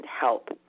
help